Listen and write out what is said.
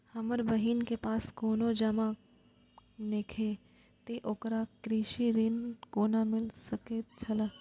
हमर बहिन के पास कोनो जमानत नेखे ते ओकरा कृषि ऋण कोना मिल सकेत छला?